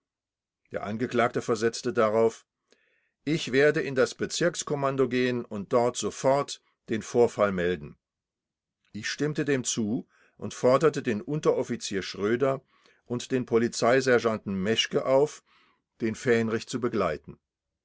der angeklagte versetzte darauf ich werde in das bezirkskommando gehen und dort sofort den vorfall melden ich stimmte dem zu und forderte den unteroffizier schröder und den polizeisergeanten meschke auf den fähnrich zu begleiten